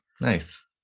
Nice